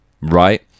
right